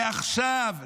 לעכשיו,